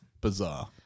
Bizarre